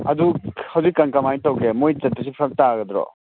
ꯑꯗꯨ ꯍꯧꯖꯤꯛ ꯀꯥꯟ ꯀꯃꯥꯏ ꯇꯧꯒꯦ ꯃꯣꯏ ꯆꯠꯄꯁꯦ ꯐꯔꯛ ꯇꯥꯒꯗ꯭ꯔꯣ